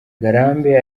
ngarambe